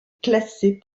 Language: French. classé